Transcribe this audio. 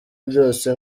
byose